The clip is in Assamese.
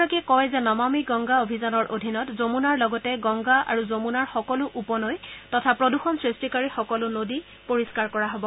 মন্ত্ৰীগৰাকীয়ে কয় যে নমামি গংগা অভিযানৰ অধীনত যমুনাৰ লগতে গংগা আৰু যমুনাৰ সকলো উপনৈ তথা প্ৰদূষণ সৃষ্টিকাৰী সকলো নদী পৰিদ্ধাৰ কৰা হব